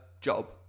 job